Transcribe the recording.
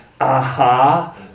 AHA